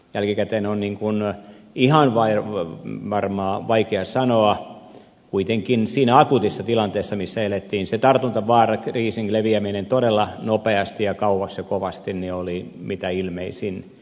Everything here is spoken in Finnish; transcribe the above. jälkikäteen on ihan varmaa vaikea sanoa kuitenkin siinä akuutissa tilanteessa missä elettiin se tartuntavaara kriisin leviäminen todella nopeasti ja kauas ja kovasti oli mitä ilmeisin